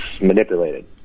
manipulated